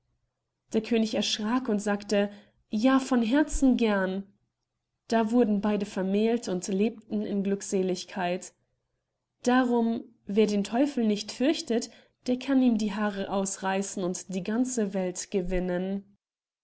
der könig erschrack und sagte ja von herzen gern da wurden beide vermählt und lebten in glückseligkeit darum wer den teufel nicht fürchtet der kann ihm die haare ausreißen und die ganze welt gewinnen